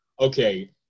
Okay